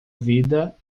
vida